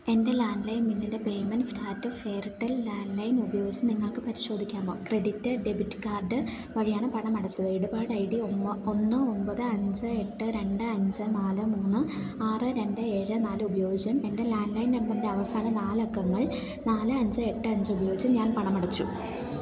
എൻ്റെ ലാൻലൈൻ ബില്ലിൻ്റെ payment status Airtel landline ഉപയോഗിച്ച് നിങ്ങൾക്ക് പരിശോധിക്കാമോ ക്രെഡിറ്റ് ഡെബിറ്റ് കാർഡ് വഴിയാണ് പണം അടച്ചത് ഇടപാട് ഐ ഡി ഒന്ന് ഒമ്പത് അഞ്ച് എട്ട് രണ്ട് അഞ്ച് നാല് മൂന്ന് ആറ് രണ്ട് ഏഴ് നാല് ഉപയോഗിച്ചും എൻ്റെ ലാൻലൈൻ നമ്പറിൻ്റെ അവസാന നാല് അക്കങ്ങൾ നാല് അഞ്ച് എട്ട് അഞ്ച് ഉപയോഗിച്ചും ഞാൻ പണമടച്ചു